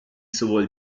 sowohl